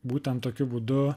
būtent tokiu būdu